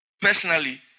personally